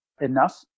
enough